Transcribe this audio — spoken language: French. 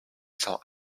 cents